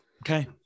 Okay